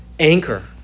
Anchor